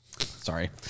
Sorry